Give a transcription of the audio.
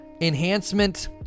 enhancement